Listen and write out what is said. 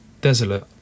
desolate